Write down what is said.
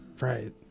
Right